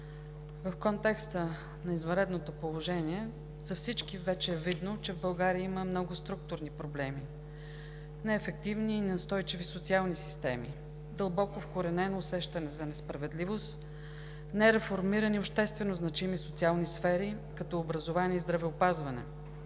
в контекста на извънредното положение за всички вече е видно, че в България има много структурни проблеми – неефективни и неустойчиви социални системи, дълбоко вкоренено усещане за несправедливост, нереформирани общественозначими социални сфери, като образование и здравеопазване.